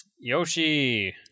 Yoshi